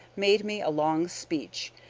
made me a long speech,